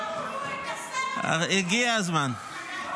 הגיע הזמן.